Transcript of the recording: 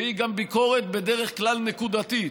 והיא בדרך כלל ביקורת נקודתית,